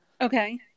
Okay